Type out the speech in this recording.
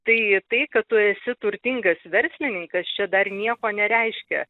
tai tai kad tu esi turtingas verslininkas čia dar nieko nereiškia